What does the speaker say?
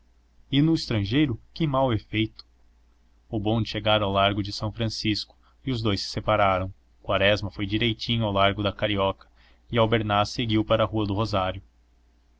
no estrangeiro que mau efeito o bonde chegara ao largo de são francisco e os dous se separaram quaresma foi direitinho ao largo da carioca e albernaz seguiu para a rua do rosário